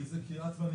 כי את ואני,